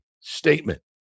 statement